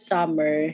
Summer